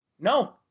No